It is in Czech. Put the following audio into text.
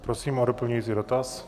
Prosím o doplňující dotaz.